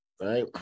right